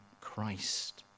Christ